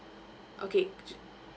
okay